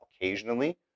occasionally